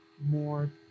more